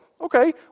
Okay